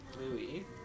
Louis